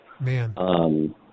Man